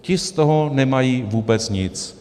Ti z toho nemají vůbec nic.